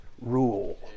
rule